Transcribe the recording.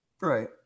right